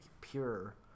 pure